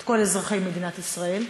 את כל אזרחי מדינת ישראל,